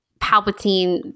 Palpatine